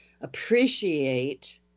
appreciate